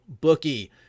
bookie